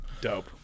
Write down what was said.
Dope